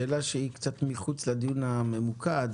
שאלה שהיא קצת מחוץ לדיון הממוקד,